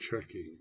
checking